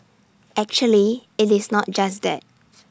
actually IT is not just that